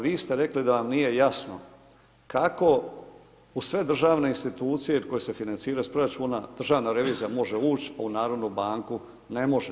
Vi ste rekli da vam nije jasno kako uz sve državne institucije koje se financiraju iz proračuna, državni revizor može uči, u narodnu banku ne može.